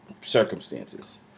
circumstances